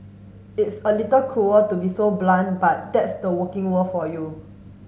it's a little cruel to be so blunt but that's the working world for you